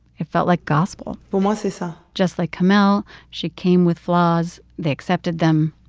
it felt like gospel but um ah so so just like kamel, she came with flaws. they accepted them,